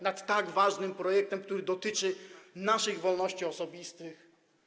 Nad tak ważnym projektem, który dotyczy naszych wolności osobistych?